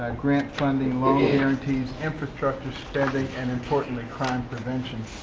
grant funding, loan guarantees, infrastructure spending, and, importantly, crime prevention.